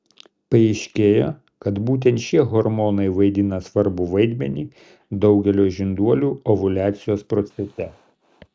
paaiškėjo kad būtent šie hormonai vaidina svarbų vaidmenį daugelio žinduolių ovuliacijos procese